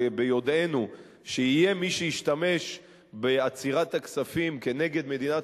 וביודענו שיהיה מי שישתמש בעצירת הכספים כנגד מדינת